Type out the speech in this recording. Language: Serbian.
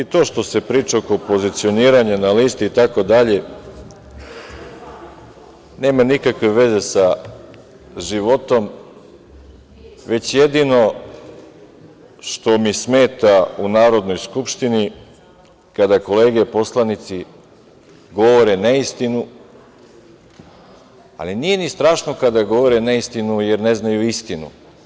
Međutim, i to što se priča oko pozicioniranja na listi itd. nema nikakve veze sa životom, već jedino što mi smeta u Narodnoj skupštini je kada kolege poslanici govore neistinu, ali nije ni strašno kada govore neistinu jer ne znaju istinu.